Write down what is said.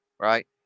Right